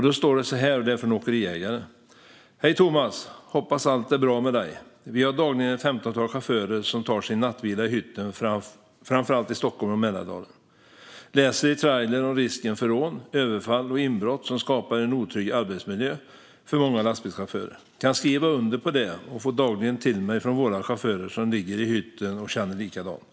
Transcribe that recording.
Det står så här: Hej Thomas! Hoppas allt är bra med dig. Vi har dagligen ett femtontal chaufförer som tar sin nattvila i hytten, framför allt i Stockholm och Mälardalen. Läser i Trailer om risken för rån, överfall och inbrott som skapar en otrygg arbetsmiljö för många lastbilschaufförer. Kan skriva under på det och får det dagligen till mig från våra chaufförer som ligger i hytten och känner likadant.